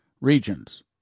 regions